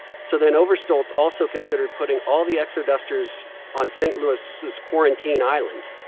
so then overstolz also considered putting all the exodusters on st. louis's quarantine island,